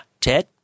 Ted